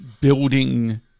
building